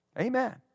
Amen